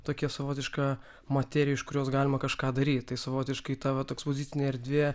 tokia savotiška materija iš kurios galima kažką daryt tai savotiškai ta vat ekspozicinė erdvė